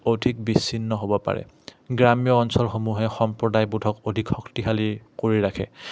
অধিক বিচ্ছিন্ন হ'ব পাৰে গ্ৰাম্য অঞ্চলসমূহে সম্প্ৰদায়বোধক অধিক শক্তিশালী কৰি ৰাখে